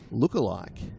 lookalike